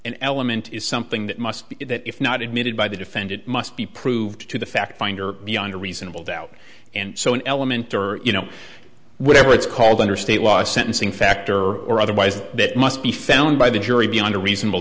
an element is something that must be that if not admitted by the defendant must be proved to the fact finder beyond a reasonable doubt and so one element or you know whatever it's called under state law sentencing factor or otherwise that must be found by the jury beyond a reasonable